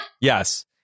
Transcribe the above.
Yes